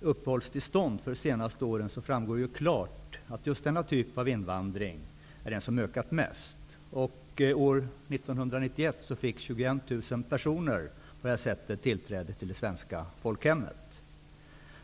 uppehållstillstånd för de senaste åren framgår klart att just denna typ av invandring är den som ökat mest. År 1991 fick 21 000 personer på detta sätt tillträde till det svenska folkhemmet.